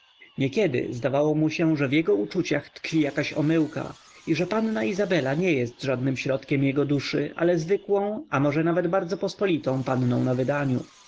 niekiedy zdawało mu się że w jego uczuciach tkwi jakaś omyłka i że panna izabela nie jest żadnym środkiem jego duszy ale zwykłą a może nawet bardzo pospolitą panną na wydaniu